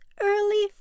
early